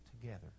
together